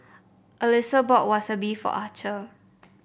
Alisa bought Wasabi for Archer